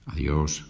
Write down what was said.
Adiós